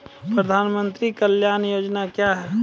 प्रधानमंत्री कल्याण योजना क्या हैं?